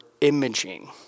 imaging